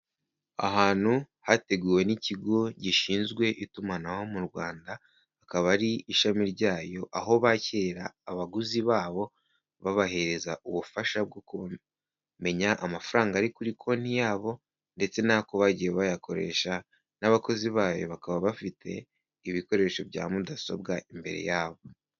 Ahantu hateguwe n'ikigo gishinzwe itumanaho mu Rwanda, hakaba ari ishami ryayo, aho bakirira abaguzi babo babahereza ubufasha bwo kumenya amafaranga ari kuri konti yabo ndetse n'uko bagiye bayakoresha n'abakozi bayo bakaba bafite ibikoresho bya mudasobwa imbere yabo.